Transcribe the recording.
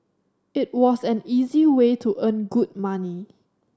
it was an easy way to earn good money